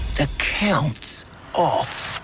the count's off.